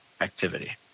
activity